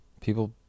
people